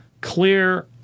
clear